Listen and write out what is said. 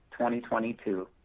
2022